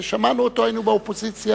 ושמענו אותו, היינו באופוזיציה,